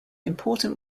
important